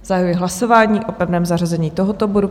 Zahajuji hlasování o pevném zařazení tohoto bodu.